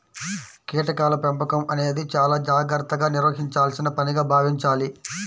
కీటకాల పెంపకం అనేది చాలా జాగర్తగా నిర్వహించాల్సిన పనిగా భావించాలి